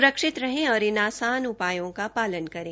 स्रक्षित रहें और इन आसान उपायों का पालन करें